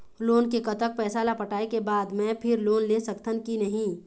Loan के कतक पैसा ला पटाए के बाद मैं फिर लोन ले सकथन कि नहीं?